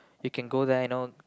you can go there you know